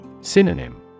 Synonym